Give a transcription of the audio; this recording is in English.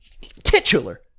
Titular